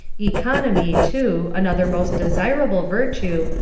economy, too, another most desirable virtue,